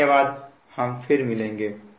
धन्यवाद हम फिर मिलेंगे